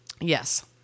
Yes